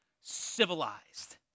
civilized